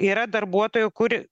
yra darbuotojų kur